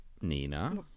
Nina